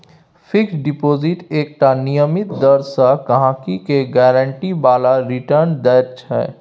fix deposit एकटा नियमित दर सँ गहिंकी केँ गारंटी बला रिटर्न दैत छै